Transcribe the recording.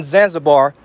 Zanzibar